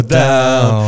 down